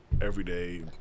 everyday